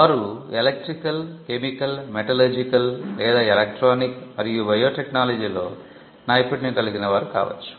వారు electrical chemical metallurgical లేదా electronic మరియు బయోటెక్నాలజీలో నైపుణ్యం కలిగిన వారు కావచ్చు